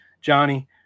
Johnny